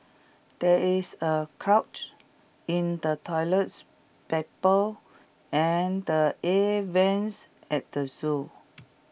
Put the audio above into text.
there is A clog in the toilets and the air Vents at the Zoo